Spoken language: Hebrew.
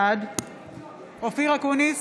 בעד אופיר אקוניס,